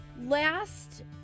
Last